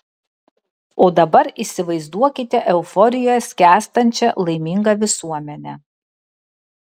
o dabar įsivaizduokite euforijoje skęstančią laimingą visuomenę